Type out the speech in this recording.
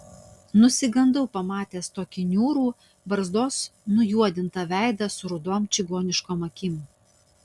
nusigandau pamatęs tokį niūrų barzdos nujuodintą veidą su rudom čigoniškom akim